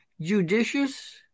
judicious